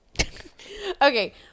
Okay